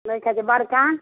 नहि खाइत छी बड़का